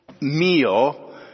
meal